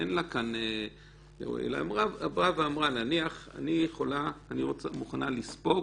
היא אמרה, נניח, אני מוכנה לספוג